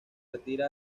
retira